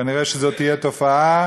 כנראה זו תהיה תופעה,